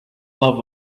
love